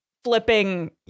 Flipping